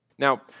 Now